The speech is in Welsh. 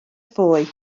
ffoi